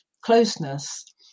closeness